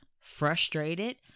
frustrated